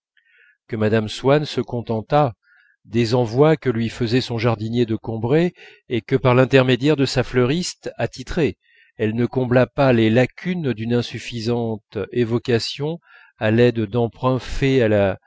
que mme swann se contentât des envois que lui faisait son jardinier de combray et que par l'intermédiaire de sa fleuriste attitrée elle ne comblât pas les lacunes d'une insuffisante évocation à l'aide d'emprunts faits à la